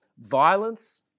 Violence